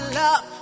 love